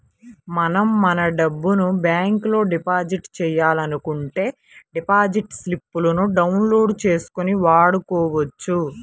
మనం మన డబ్బును బ్యాంకులో డిపాజిట్ చేయాలనుకుంటే డిపాజిట్ స్లిపులను డౌన్ లోడ్ చేసుకొని వాడుకోవచ్చు